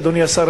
אדוני השר,